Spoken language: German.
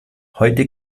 heute